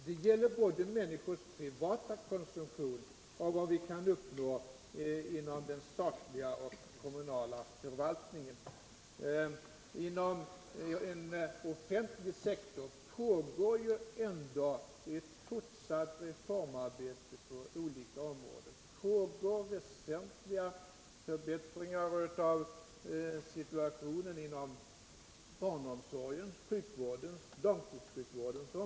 Det gäller både människors privata konsumtion och vad vi kan uppnå inom den statliga och kommunala verksamhten. Inom den offentliga sektorn pågår ändå ett fortsatt reformarbete på olika områden. Det pågår väsentliga förbättringar av situationen inom barnomsorgens, sjukvårdens och långtidssjukvårdens områden.